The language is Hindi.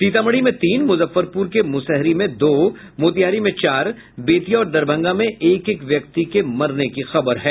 सीतामढ़ी में तीन मुजफ्फरपुर के मुशहरी में दो मोतिहारी में चार बेतिया और दरभंगा में एक एक व्यक्ति के मरने की खबर है